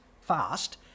fast